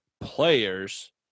players